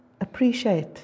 appreciate